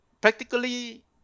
Practically